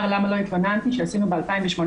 "למה לא התלוננתי" שעשינו ב-2018,